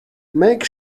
make